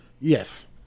Yes